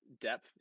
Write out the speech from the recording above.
depth